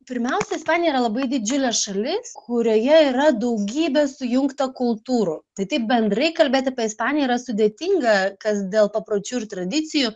pirmiausia ispanija yra labai didžiulė šalis kurioje yra daugybė sujungta kultūrų tai taip bendrai kalbėti apie ispaniją yra sudėtinga kas dėl papročių ir tradicijų